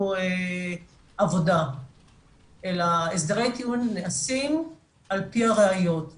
עבודה אלא הסדרי טיעון נעשים על פי הראיות,